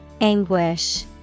Anguish